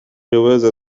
جواز